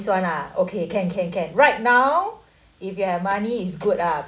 this [one] ah okay can can can right now if you have money it's good ah